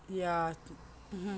ya mmhmm